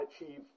achieve